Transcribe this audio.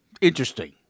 Interesting